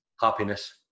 happiness